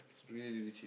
really really cheap